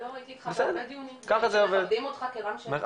ככה זה עובד.